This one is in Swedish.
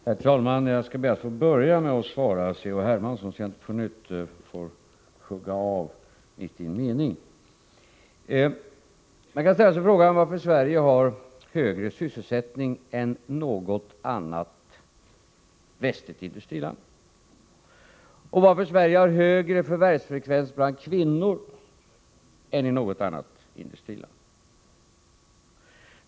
Herr talman! Jag skall be att få börja med att svara C.-H. Hermansson, så att jag inte på nytt får hugga av mitt i en mening. Man kan ställa sig frågan varför Sverige har högre sysselsättning än något annat västligt industriland och varför Sverige har högre förvärvsfrekvens bland kvinnor än något annat industriland.